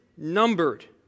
numbered